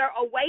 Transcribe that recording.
away